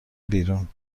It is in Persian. بیرون